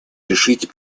решить